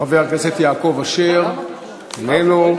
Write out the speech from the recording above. חבר הכנסת יעקב אשר, איננו.